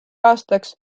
aastaks